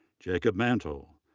jacob mantel,